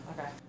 okay